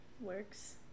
Works